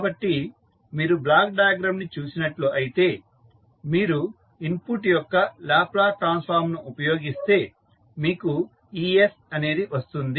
కాబట్టి మీరు block diagram ని చూసినట్లు అయితే మీరు ఇన్పుట్ యొక్క లాప్లాస్ ట్రాన్సఫార్మ్ ని ఉపయోగిస్తే మీకు es అనేది వస్తుంది